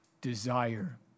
desire